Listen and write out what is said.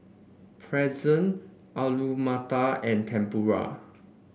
Pretzel Alu Matar and Tempura